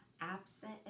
Absent